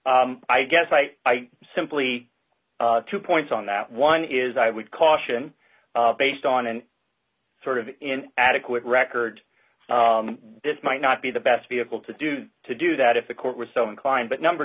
i guess i simply two points on that one is i would caution based on and sort of in adequate record it might not be the best vehicle to do to do that if the court were so inclined but number